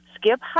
Skip